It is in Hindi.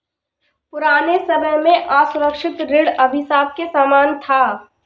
पुराने समय में असुरक्षित ऋण अभिशाप के समान था